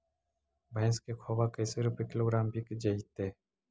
भैस के खोबा कैसे रूपये किलोग्राम बिक जइतै?